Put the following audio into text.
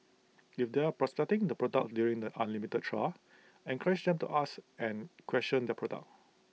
if they are prospecting the product during the unlimited trial encourage them to ask and question the product